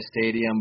Stadium